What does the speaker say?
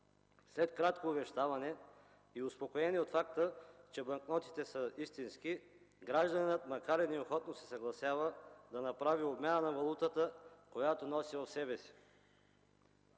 След кратко увещаване и успокоение от факта, че банкнотите са истински, гражданинът, макар и неохотно, се съгласява да направи обмяна на валутата, която носи в себе си.